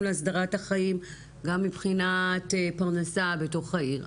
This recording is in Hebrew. להסדרת החיים גם מבחינת פרנסה בתוך העיר,